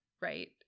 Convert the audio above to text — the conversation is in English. right